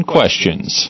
Questions